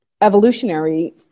Evolutionary